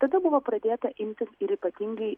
tada buvo pradėta imtis ir ypatingai